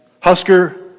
Husker